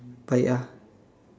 but ya